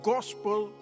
gospel